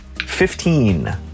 Fifteen